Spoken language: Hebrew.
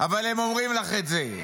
אבל הם אומרים לך את זה.